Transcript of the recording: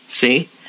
see